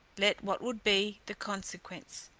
let what would be the consequence.